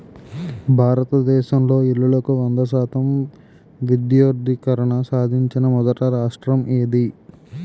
భారతదేశంలో ఇల్లులకు వంద శాతం విద్యుద్దీకరణ సాధించిన మొదటి రాష్ట్రం ఏది?